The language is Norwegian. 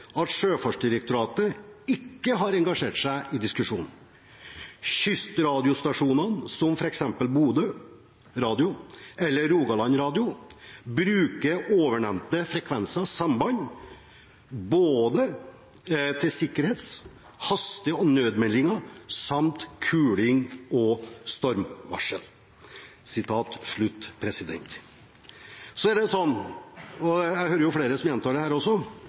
at Sjøfartsdirektoratet ikke har engasjert seg i diskusjonen. Kystradiostasjonene som f. eks Bodø radio eller Rogaland radio bruker ovennevnte frekvenser/samband både til sikkerhets, haste og nødmeldinger, samt kuling og stormvarsel.» Så er det sånn – og jeg hører flere som gjentar det,